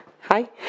Hi